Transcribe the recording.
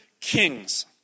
kings